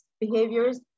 behaviors